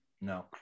No